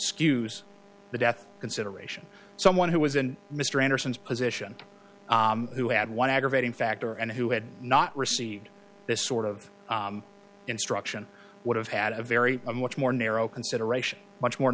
skews the death consideration someone who was in mr anderson's position who had one aggravating factor and who had not received this sort of instruction would have had a very much more narrow consideration much more